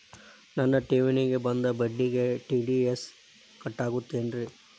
ನನ್ನ ಠೇವಣಿಗೆ ಬಂದ ಬಡ್ಡಿಗೆ ಟಿ.ಡಿ.ಎಸ್ ಕಟ್ಟಾಗುತ್ತೇನ್ರೇ?